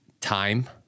Time